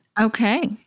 Okay